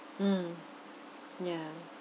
mm ya